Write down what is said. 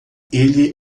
ele